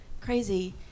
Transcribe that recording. crazy